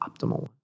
optimal